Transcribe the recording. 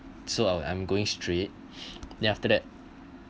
so I'll I'm going straight then after that